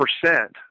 percent